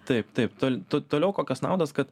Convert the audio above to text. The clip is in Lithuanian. taip taip tu toliau kokios naudos kad